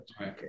okay